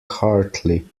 heartily